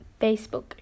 Facebook